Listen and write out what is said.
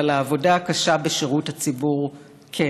אבל העבודה הקשה בשירות הציבור כן.